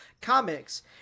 comics